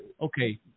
okay